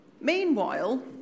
Meanwhile